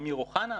אמיר אוחנה,